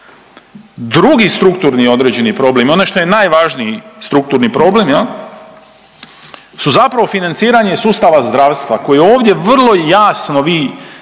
Drugi strukturni određeni problem je onaj što je najvažniji strukturni problem jel, su zapravo financiranja iz sustava zdravstva koji ovdje vrlo jasno vi,